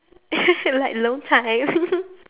like alone time